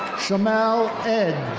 shamel edge.